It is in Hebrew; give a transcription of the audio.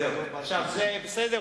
זה בסדר?